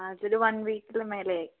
ആതൊരു one വീക്കിന് മേലെയായി